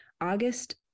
August